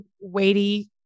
weighty